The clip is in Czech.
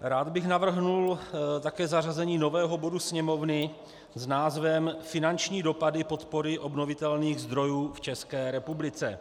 Rád bych také navrhl zařazení nového bodu Sněmovny s názvem Finanční dopady podpory obnovitelných zdrojů v České republice.